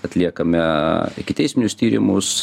atliekame ikiteisminius tyrimus